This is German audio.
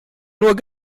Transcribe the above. nur